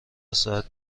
ساعت